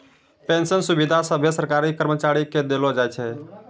pension सुविधा सभे सरकारी कर्मचारी के देलो जाय छै